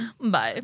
Bye